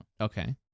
Okay